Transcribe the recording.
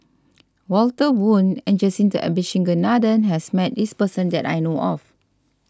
Walter Woon and Jacintha Abisheganaden has met this person that I know of